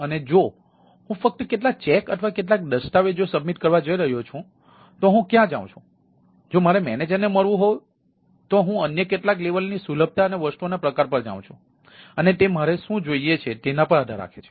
અને જો હું ફક્ત કેટલાક ચેક અથવા કેટલાક દસ્તાવેજો સબમિટ કરવા જઈ રહ્યો છું તો હું ક્યાંક જાઉં છું જો મારે મેનેજરને મળવું હોય તો હું અન્ય કેટલાક સ્તરની સુલભતા અને વસ્તુઓના પ્રકાર પર જાઉં છું અને તે મારે શું જોઈએ છે તેના પર આધાર રાખે છે